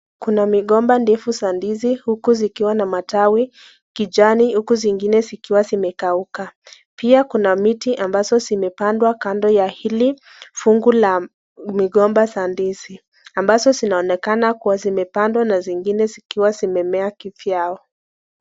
Kuna migomba ndefu za ndizi huku zikiwa na matawi kijani, huku zingine zikiwa zimekauka. Pia kuna miti ambazo zimepandwa kando ya hili fungu la migomba za ndizi, ambazo zinaonekana kuwa zimepandwa na zingine zikiwa zimemea kivyao.